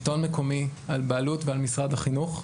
על בעלות ועל משרד החינוך.